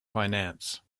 finance